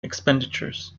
expenditures